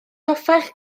hoffech